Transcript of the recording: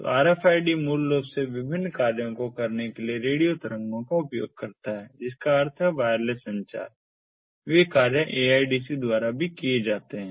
तो RFID मूल से रूप विभिन्न कार्यों को करने के लिए रेडियो तरंगों का उपयोग करता है जिसका अर्थ है वायरलेस संचार वे कार्य AIDC द्वारा भी किए जाते हैं